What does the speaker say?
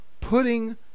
Putting